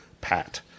pat